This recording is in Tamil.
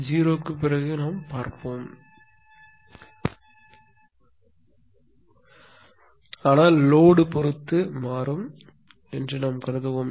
0 க்கு பிறகு நாம் பார்ப்போம் ஆனால் லோடு பொறுத்து மாறும் என்று நாம் கருதுவோம்